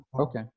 okay